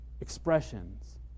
expressions